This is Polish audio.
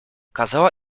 kazała